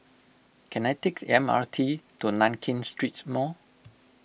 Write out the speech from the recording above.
can I take the M R T to Nankin Street Mall